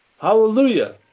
Hallelujah